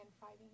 fighting